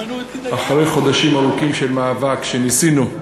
אחרי חודשים ארוכים של מאבק שבהם ניסינו,